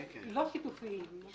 אפשר, אדוני?